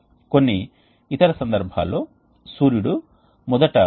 కాబట్టి వేడి ద్రవ ప్రవాహానికి సంబంధించినంతవరకు ఇది ఉష్ణ బదిలీ రేటు అని మేము పొందుతాము